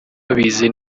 babizi